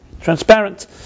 Transparent